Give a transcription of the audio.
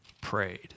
prayed